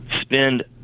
spend